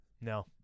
No